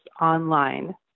online